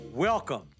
Welcome